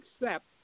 accept